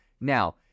Now